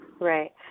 Right